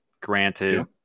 Granted